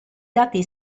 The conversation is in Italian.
dati